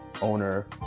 owner